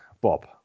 Bob